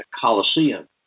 Colosseum